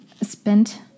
spent